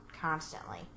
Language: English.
constantly